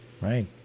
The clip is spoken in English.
right